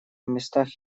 местах